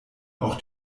auch